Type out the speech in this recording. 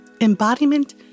Embodiment